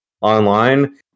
online